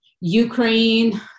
ukraine